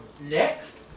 Next